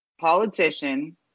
politician